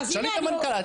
שאלי את המנכ"ל.